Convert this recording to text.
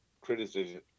criticism